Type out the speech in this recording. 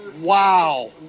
Wow